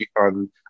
on